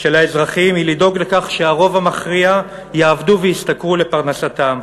של האזרחים היא לדאוג לכך שהרוב המכריע יעבדו וישתכרו לפרנסתם.